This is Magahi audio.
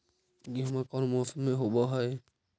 गेहूमा कौन मौसम में होब है?